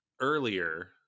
earlier